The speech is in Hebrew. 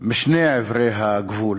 משני עברי הגבול.